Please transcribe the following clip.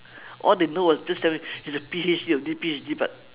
all they know is just tell me he's a P_H_D of this P_H_D but